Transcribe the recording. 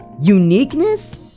uniqueness